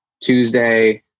Tuesday